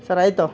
sir ಆಯಿತು